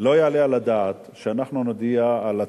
דוח הסניגוריה הציבורית,